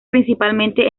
principalmente